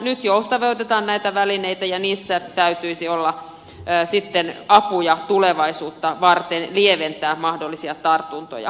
nyt joustavoitetaan näitä välineitä ja niissä täytyisi olla sitten apuja tulevaisuutta varten lieventää mahdollisia tartuntoja